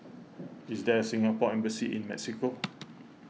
is there a Singapore Embassy in Mexico